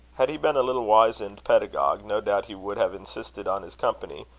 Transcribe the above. had he been a little wizened pedagogue, no doubt he would have insisted on his company,